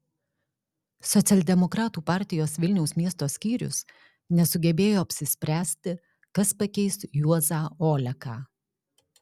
socialdemokratų partijos vilniaus miesto skyrius nesugebėjo apsispręsti kas pakeis juozą oleką